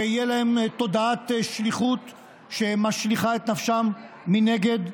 שתהיה להם תודעת שליחות שמשליכה את נפשם מנגד,